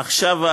עכשיו,